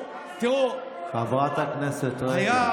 חברת הכנסת רגב.